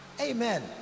Amen